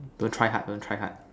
don't try hard don't try hard